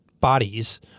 bodies